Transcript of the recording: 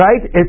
Right